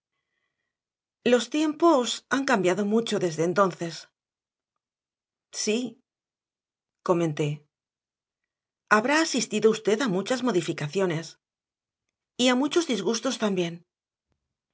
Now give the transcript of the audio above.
los tiempos han cambiado mucho desde entonces sí comenté habrá asistido usted a muchas modificaciones y a muchos disgustos también